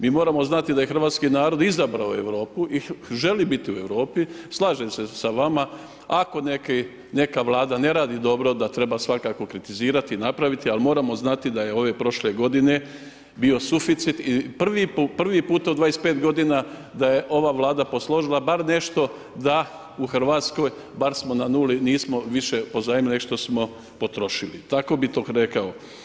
Mi moramo znati da je hrvatski narod izabrao Europu i želi biti u Europi, slažem se sa vama ako neka vlada ne radi dobro da treba svakako kritizirati i napraviti ali moramo znati da je ove i prošle godine bio suficit i po prvi puta u 25 godina da je ova Vlada posložila bar nešto da u Hrvatskoj bar smo na nuli, nismo više pozajmili nego što smo potrošili tako bi to rekao.